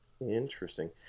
Interesting